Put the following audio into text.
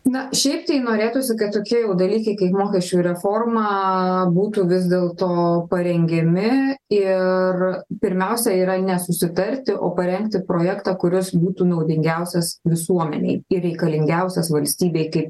na šiaip tai norėtųsi kad tokie dalykai kaip mokesčių reforma būtų vis dėl to parengiami ir pirmiausia yra ne susitarti o parengti projektą kuris būtų naudingiausias visuomenei ir reikalingiausias valstybei kai